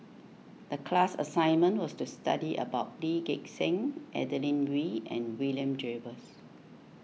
the class assignment was to study about Lee Gek Seng Adeline Ooi and William Jervois